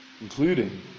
including